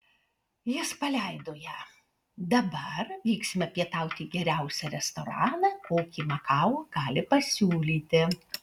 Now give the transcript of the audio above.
jis paleido ją dabar vyksime pietauti į geriausią restoraną kokį makao gali pasiūlyti